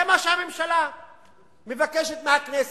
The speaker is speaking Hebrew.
זה מה שהממשלה מבקשת מהכנסת.